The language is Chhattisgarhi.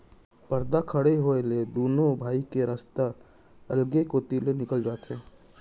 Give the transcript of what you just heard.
परदा खड़े होए ले दुनों भाई के रस्ता अलगे कोती ले निकाले जाथे